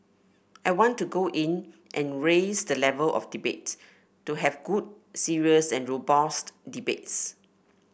I want to go in and raise the level of debate to have good serious and robust debates